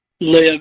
live